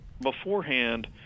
Beforehand